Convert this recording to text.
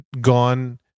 gone